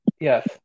Yes